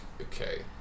okay